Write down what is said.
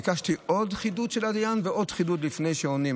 ביקשתי עוד חידוד של העניין ועוד חידוד לפני שעונים,